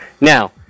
Now